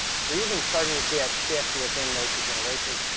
you're even starting to see that shift within those two generations.